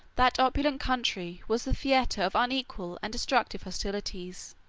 that opulent country was the theatre of unequal and destructive hostilities.